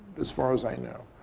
as far as i know,